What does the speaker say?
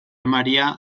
maria